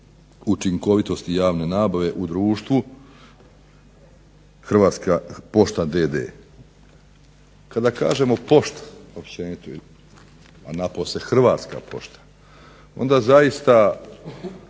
učinkovitosti javne nabave u društvu Hrvatska pošta d.d. Kada kažemo pošta općenito a napose Hrvatska pošta onda zaista